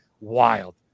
wild